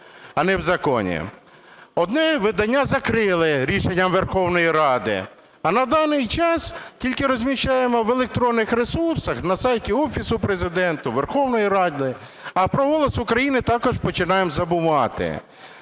а не в законі. Одне видання закрили рішенням Верховної Ради, а на даний час тільки розміщаємо в електронних ресурсах на сайті Офісу Президента, Верховної Ради, а про "Голос України" також починаємо забувати.